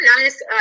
nice